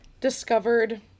discovered